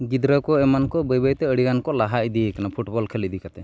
ᱜᱤᱫᱽᱨᱟᱹ ᱠᱚ ᱮᱢᱟᱱ ᱠᱚ ᱵᱟᱹᱭ ᱵᱟᱹᱭᱛᱮ ᱟᱹᱰᱤᱜᱟᱱ ᱠᱚ ᱞᱟᱦᱟ ᱤᱫᱤᱠᱟᱱᱟ ᱯᱷᱩᱴᱵᱚᱞ ᱠᱷᱮᱞ ᱤᱫᱤᱠᱟᱛᱮ